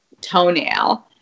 toenail